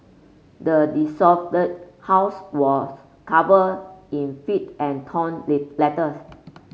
the house was covered in filth and torn Lee letters